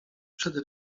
przede